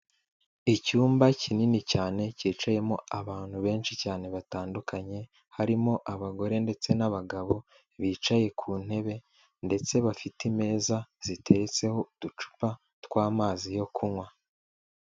Icyumba kinini cyane cyicayemo abantu benshi cyane batandukanye, harimo abagore ndetse n'abagabo bicaye ku ntebe ndetse bafite imeza ziteretseho uducupa tw'amazi yo kunywa.